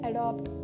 Adopt